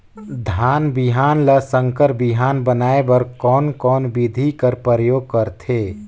धान बिहान ल संकर बिहान बनाय बर कोन कोन बिधी कर प्रयोग करथे?